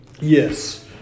Yes